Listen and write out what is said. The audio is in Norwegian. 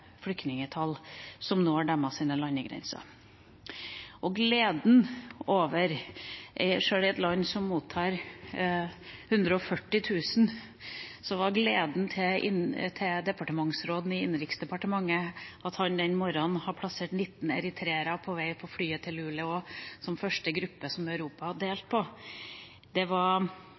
som når deres landegrenser. Og sjøl i et land som mottar 140 000 flyktninger, gledet departementsråden i innenriksdepartementet seg over at han den morgenen hadde plassert 19 eritreere på flyet til Luleå, som første gruppe som Europa delte på. Det viste at de var